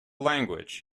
language